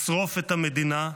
לשרוף את המדינה,